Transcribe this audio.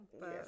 Yes